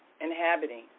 inhabiting